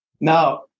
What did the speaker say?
Now